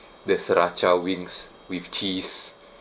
the sriracha wings with cheese